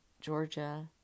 Georgia